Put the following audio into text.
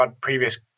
previous